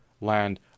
land